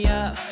up